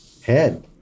head